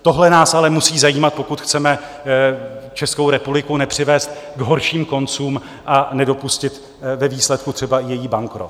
Tohle nás ale musí zajímat, pokud chceme Českou republiku nepřivést k horším koncům a nedopustit ve výsledku třeba i její bankrot.